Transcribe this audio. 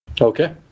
Okay